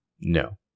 No